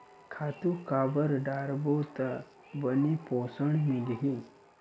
खातु काबर डारबो त बने पोषण मिलही?